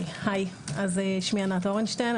שמי ענת אורנשטיין,